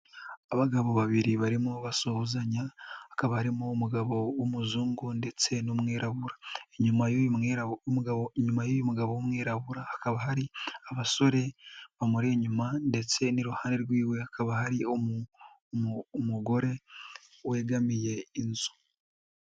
Abagabo babiri barimo basuhuzanya, akaba arimo umugabo w'umuzungu ndetse n'umwirabura, inyuma y'uyu mugabo w'umwirabura hakaba hari abasore bamuri inyuma ndetse n'iruhande rwe akaba hari umugore wegamiye inzu.